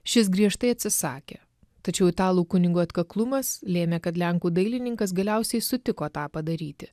šis griežtai atsisakė tačiau italų kunigo atkaklumas lėmė kad lenkų dailininkas galiausiai sutiko tą padaryti